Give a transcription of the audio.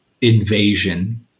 invasion